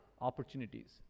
opportunities